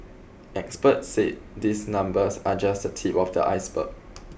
experts said these numbers are just the tip of the iceberg